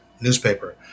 newspaper